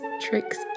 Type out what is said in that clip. tricks